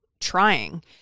trying